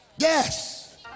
Yes